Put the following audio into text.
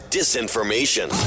disinformation